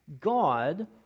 God